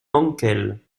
mankel